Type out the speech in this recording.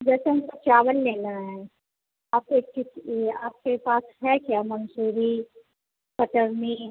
जैसे हमको चावल लेना है आपके किस ये आपके पास है क्या मंसूरी कतरनी